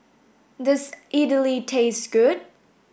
does Idly taste good